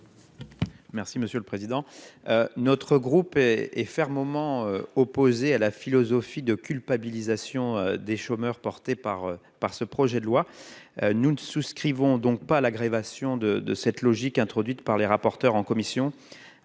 Merci monsieur le président, notre groupe est est fermement opposé à la philosophie de culpabilisation des chômeurs, porté par par ce projet de loi nous ne souscrivons donc pas à l'agrégation de de cette logique introduite par les rapporteurs en commission